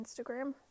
Instagram